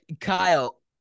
Kyle